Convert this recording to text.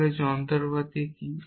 তাহলে এই যন্ত্রপাতি কি